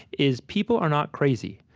is, people are not crazy.